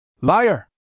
Liar